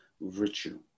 virtue